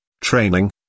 training